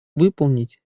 выполнить